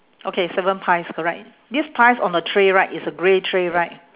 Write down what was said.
okay seven pies correct these pies on a tray right it's a grey tray right